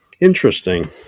interesting